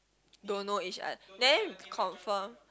don't know each other then confirm